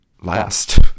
last